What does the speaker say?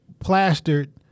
plastered